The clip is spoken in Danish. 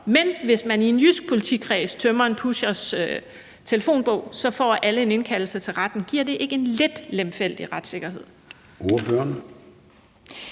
at hvis man i en jysk politikreds tømmer en pushers telefonbog, får alle en indkaldelse til retten. Giver det ikke en lidt lemfældig retssikkerhed?